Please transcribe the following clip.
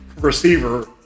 receiver